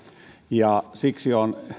ja siksi on